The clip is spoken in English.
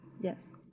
Yes